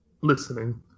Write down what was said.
listening